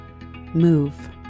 move